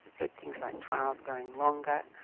said, things like trials going longer,